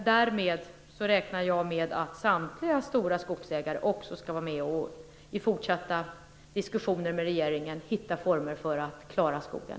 Därmed räknar jag med att samtliga stora skogsägare också skall vara med i fortsatta diskussioner med regeringen för att hitta former för att klara skogen.